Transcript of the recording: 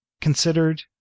considered